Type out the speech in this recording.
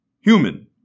Human